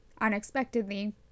unexpectedly